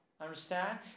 Understand